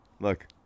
look